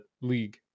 league